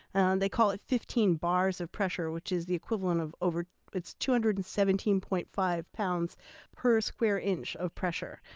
and they call it fifteen bars of pressure, which is the equivalent of over two hundred and seventeen point five pounds per square inch of pressure.